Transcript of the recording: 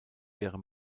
wäre